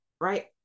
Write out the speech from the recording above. right